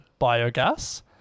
biogas